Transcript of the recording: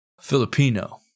Filipino